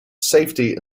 safety